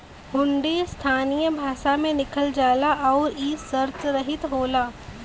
हुंडी स्थानीय भाषा में लिखल जाला आउर इ शर्तरहित होला